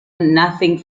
nothing